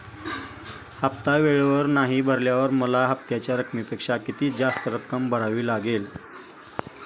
हफ्ता वेळेवर नाही भरल्यावर मला हप्त्याच्या रकमेपेक्षा किती जास्त रक्कम भरावी लागेल?